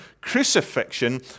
crucifixion